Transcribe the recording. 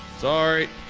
sorry.